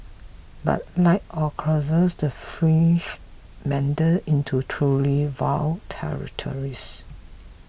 but like all crusades the fringes meandered into truly vile territories